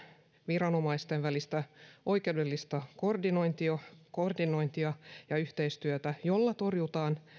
viranomaisten välistä oikeudellista koordinointia koordinointia ja yhteistyötä joilla torjutaan